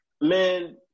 man